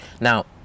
Now